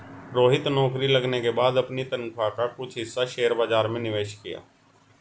रोहित नौकरी लगने के बाद अपनी तनख्वाह का कुछ हिस्सा शेयर बाजार में निवेश किया